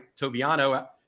Toviano